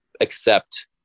accept